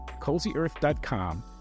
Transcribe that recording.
cozyearth.com